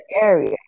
area